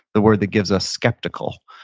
the word that gives us skeptical.